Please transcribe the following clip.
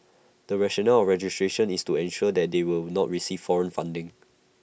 the rationale for registration is to ensure that they will not receive foreign funding